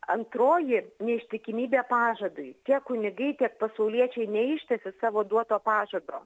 antroji neištikimybė pažadui tiek kunigai tiek pasauliečiai neištesi savo duoto pažado